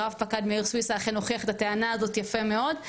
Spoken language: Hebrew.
רב-פקד מאיר סוויסה אכן הוכיח את הטענה הזאת יפה מאוד.